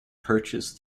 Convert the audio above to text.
purchase